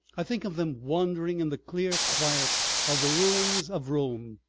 i think of them wandering in the clear quiet of the ruins of rome,